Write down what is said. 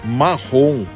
marrom